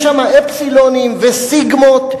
יש שם אפסילונים וסיגמות.